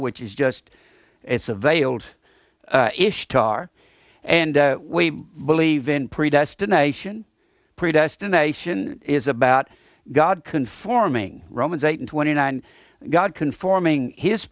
which is just it's a veiled ishtar and we believe in predestination predestination is about god conforming romans eight twenty nine god conforming his